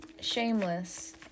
shameless